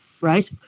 right